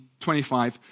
25